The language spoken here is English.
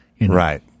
Right